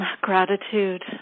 gratitude